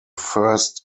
first